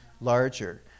larger